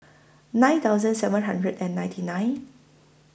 nine thousand seven hundred and ninety nine